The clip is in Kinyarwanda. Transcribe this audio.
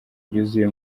ryuzuye